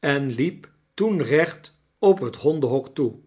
en liep toen recht op het hondenhok toe